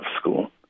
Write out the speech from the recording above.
school